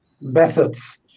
methods